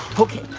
ok.